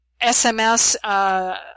SMS